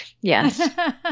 Yes